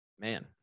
man